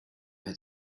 had